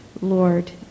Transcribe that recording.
Lord